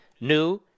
new